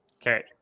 Okay